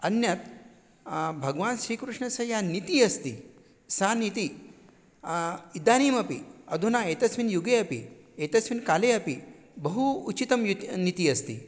अन्यत् भगवान् श्रीकृष्णस्य या नीतिः अस्ति सा नीतिः इदानीमपि अधुना एतस्मिन् युगे अपि एतस्मिन् काले अपि बहु उचितं युत् नीतिः अस्ति